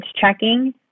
checking